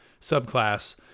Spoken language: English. subclass